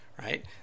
Right